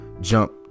jump